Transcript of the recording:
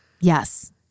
Yes